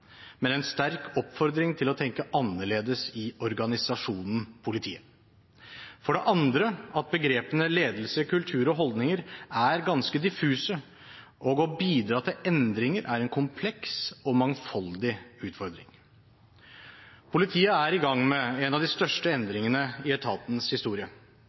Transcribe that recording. men en sterk oppfordring til å tenke annerledes i organisasjonen Politiet, og for det andre at begrepene «ledelse, kultur og holdninger» er ganske diffuse, og å bidra til endringer er en kompleks og mangfoldig utfordring. Politiet er i gang med en av de største endringene i etatens historie.